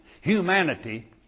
humanity